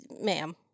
ma'am